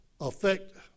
Affect